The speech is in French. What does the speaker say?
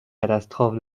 catastrophes